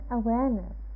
awareness